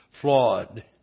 flawed